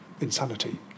insanity